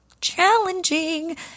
challenging